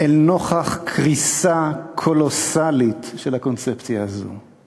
אל נוכח קריסה קולוסלית של הקונספציה הזאת.